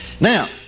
Now